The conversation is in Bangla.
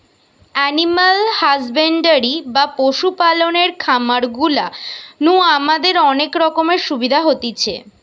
এনিম্যাল হাসব্যান্ডরি বা পশু পালনের খামার গুলা নু আমাদের অনেক রকমের সুবিধা হতিছে